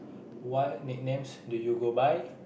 what nicknames do you go by